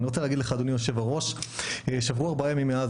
ואני רוצה להגיד לך אדוני היושב ראש שעברו ארבע ימים מאז